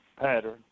pattern